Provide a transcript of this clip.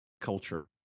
culture